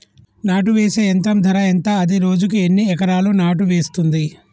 నాటు వేసే యంత్రం ధర ఎంత? అది రోజుకు ఎన్ని ఎకరాలు నాటు వేస్తుంది?